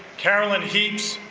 carolyn heaps,